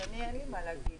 אני אין לי מה להגיד.